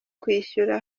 kwishyira